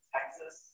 Texas